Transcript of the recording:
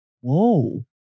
whoa